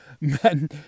men